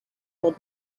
old